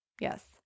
Yes